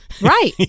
Right